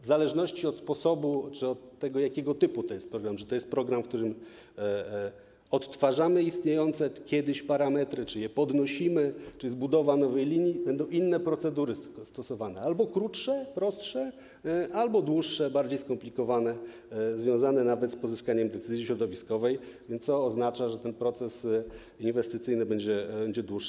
W zależności od sposobu czy od tego, jakiego typu to jest program, czy to jest program, w którym odtwarzamy istniejące kiedyś parametry, czy je podnosimy, czy to jest budowa nowej linii, będą stosowane inne procedury: albo krótsze, prostsze, albo dłuższe, bardziej skomplikowane, związane nawet z pozyskaniem decyzji środowiskowej, co oznacza, że ten proces inwestycyjny będzie dłuższy.